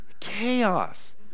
chaos